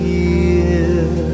year